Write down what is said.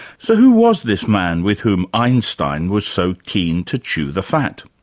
so who was this man with whom einstein was so keen to chew the fat?